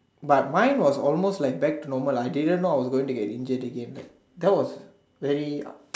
but mine was almost like back to normal I didn't know I going to get injured again like that was very